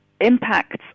impacts